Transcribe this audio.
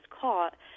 caught